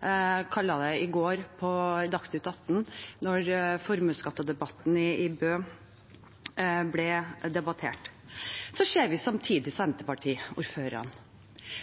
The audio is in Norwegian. det i går på Dagsnytt 18, da formuesskatten i Bø ble debattert. Vi ser samtidig Senterparti-ordførere